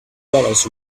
dollars